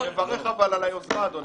אני מברך על היוזמה, אדוני.